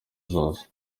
zose